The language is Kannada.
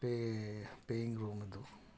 ಪೇ ಪೇಯಿಂಗ್ ರೂಮ್ ಅದು